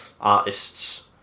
artists